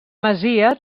masia